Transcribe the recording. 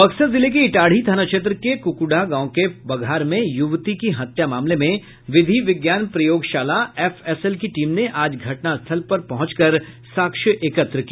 बक्सर जिले के इटाढ़ी थाना क्षेत्र के कुकुढ़ा गांव के बघार में युवती की हत्या मामले में विधि विज्ञान प्रयोगशाला एफएसएल की टीम ने आज घटनास्थल पर पहुंचकर साक्ष्य एकत्र किया